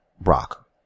Brock